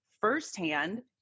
firsthand